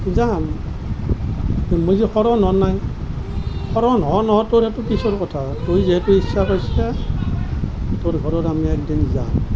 যাম মোৰ যে শৰণ হোৱা নাই শৰণ হোৱা নোহোৱাটো সেইটো পিছৰ কথা তুমি যিহেতু ইচ্ছা কৰিছা তোৰ ঘৰত আমি একদিন যাম